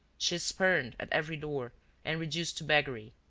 she is spurned at every door and reduced to beggary.